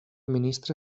ministre